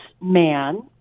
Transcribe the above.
man